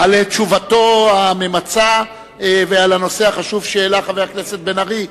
על תשובתו הממצה על הנושא החשוב שהעלה חבר הכנסת בן-ארי.